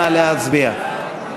נא להצביע.